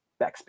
backspace